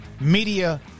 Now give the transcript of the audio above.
media